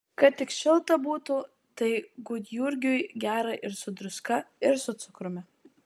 kad tik šilta būtų tai gudjurgiui gera ir su druska ir su cukrumi